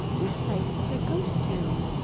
this place is a ghost town.